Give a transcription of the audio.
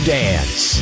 dance